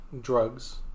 drugs